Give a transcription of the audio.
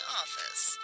office